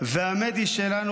ועמדי שלנו,